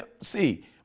see